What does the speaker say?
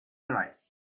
arise